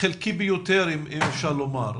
חלקי ביותר, אם אפשר לומר.